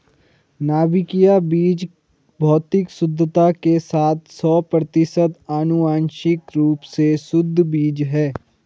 नाभिकीय बीज भौतिक शुद्धता के साथ सौ प्रतिशत आनुवंशिक रूप से शुद्ध बीज है